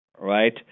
right